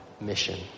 mission